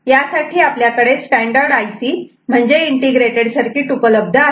यासाठी आपल्याकडे standard I C म्हणजे इंटिग्रेटेड सर्किट उपलब्ध आहे